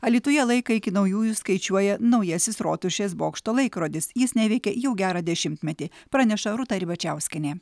alytuje laiką iki naujųjų skaičiuoja naujasis rotušės bokšto laikrodis jis neveikė jau gerą dešimtmetį praneša rūta ribačiauskienė